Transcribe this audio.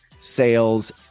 sales